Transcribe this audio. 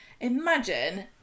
imagine